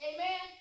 Amen